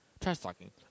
trash-talking